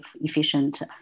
efficient